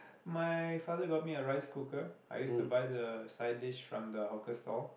my father got me a rice cooker I used to buy the side dish from the hawker stall